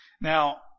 now